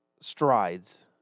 strides